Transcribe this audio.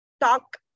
talk